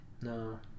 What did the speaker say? No